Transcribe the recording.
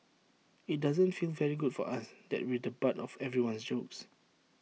IT doesn't feel very good for us that we're the butt of everyone's jokes